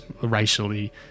racially